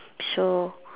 so